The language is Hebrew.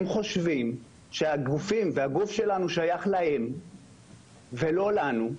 הם חושבים שהגוף שלנו שייך להם ולא לנו.